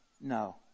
no